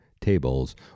tables